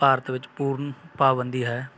ਭਾਰਤ ਵਿੱਚ ਪੂਰਨ ਪਾਬੰਦੀ ਹੈ